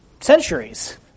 centuries